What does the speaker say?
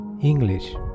English